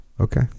Okay